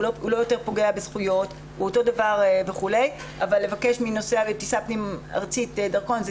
לא יותר פוגע בזכויות אבל לבקש מנוסע בטיסה פני ארצית דרכון,